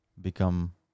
become